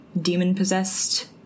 demon-possessed